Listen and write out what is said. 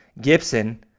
Gibson